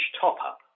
top-up